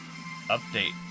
Update